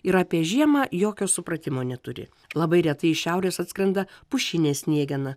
ir apie žiemą jokio supratimo neturi labai retai iš šiaurės atskrenda pušinė sniegena